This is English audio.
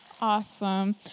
Awesome